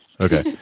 Okay